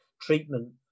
treatment